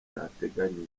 zitateganyijwe